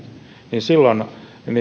niin silloin